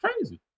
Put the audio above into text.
crazy